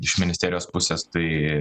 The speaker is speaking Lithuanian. iš ministerijos pusės tai